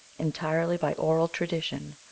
entirely by oral tradition,